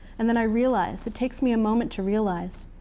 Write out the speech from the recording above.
and then i realize. it takes me a moment to realize.